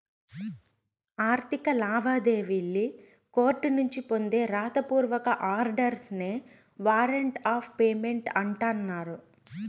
ఆర్థిక లావాదేవీల్లి కోర్టునుంచి పొందే రాత పూర్వక ఆర్డర్స్ నే వారంట్ ఆఫ్ పేమెంట్ అంటన్నారు